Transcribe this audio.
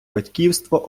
батьківство